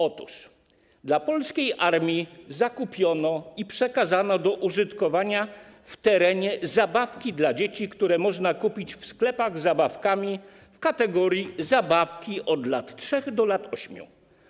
Otóż dla polskiej armii zakupiono i przekazano do użytkowania w terenie zabawki dla dzieci, które można kupić w sklepach z zabawkami w kategorii: zabawki od lat 3 do lat 8.